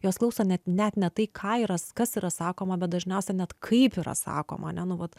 jos klauso net net ne tai ką yra kas yra sakoma bet dažniausiai net kaip yra sakoma ane nu vat